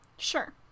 Sure